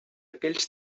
aquells